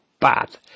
bad